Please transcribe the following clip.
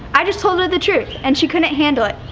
i just told her the truth, and she couldn't handle it.